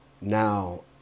now –